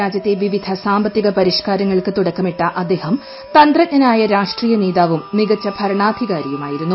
രാജ്യത്തെ വിവിധ സാമ്പത്തിക പരിഷ്ക്കാരങ്ങൾക്ക് തുടക്കമിട്ട അദ്ദേഹം തന്ത്രജ്ഞനായ രാഷ്ട്രീയ നേതാവും മികച്ച ഭരണാധികാരിയുമായിരുന്നു